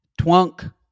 Twunk